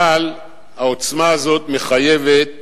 אבל העוצמה הזאת מחייבת